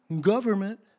government